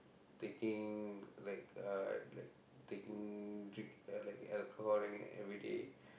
taking like uh like taking drink~ like alcohol every day